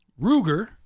Ruger